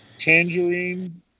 tangerine